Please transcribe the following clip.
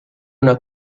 una